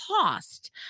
cost